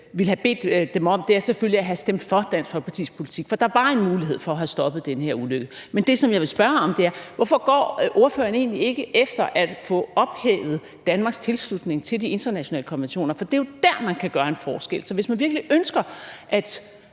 i dag, om, var selvfølgelig at have stemt for Dansk Folkepartis politik. For der var en mulighed for at stoppe den her ulykke. Men det, som jeg vil spørge om, er: Hvorfor går ordføreren egentlig ikke efter at få ophævet Danmarks tilslutning til de internationale konventioner? For det er jo der, hvor man kan gøre en forskel. Så hvis man virkelig ønsker at